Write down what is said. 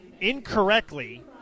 incorrectly